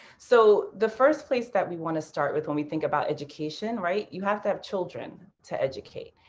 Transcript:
so the first place that we want to start with when we think about education, right, you have to have children to educate.